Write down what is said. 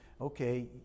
okay